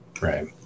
Right